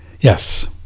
Yes